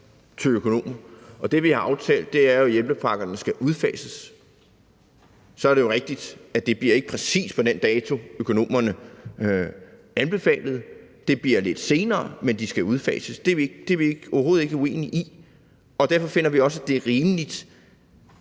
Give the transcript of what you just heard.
til økonomer, og det, vi har aftalt, er jo, at hjælpepakkerne skal udfases. Så er det jo rigtigt, at det ikke bliver præcis den dato, økonomerne anbefalede; det bliver lidt senere, men de skal udfases. Det er vi overhovedet ikke uenige i, og derfor finder vi også, det er rimeligt